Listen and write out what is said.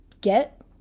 get